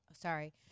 sorry